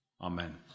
Amen